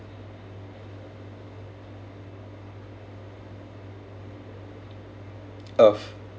of